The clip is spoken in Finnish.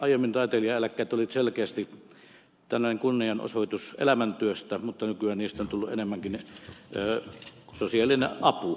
aiemmin taiteilijaeläkkeet olivat selkeästi kunnianosoitus elämäntyöstä mutta nykyään niistä on tullut enemmänkin sosiaalinen apu